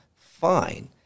fine